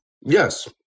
Yes